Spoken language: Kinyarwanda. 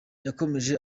yakomeje